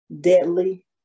deadly